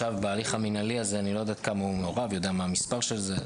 פה הייתה הערה שנושא ההיתר מבלבל ואין צורך לציין אותו.